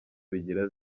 bigira